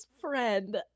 friend